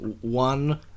one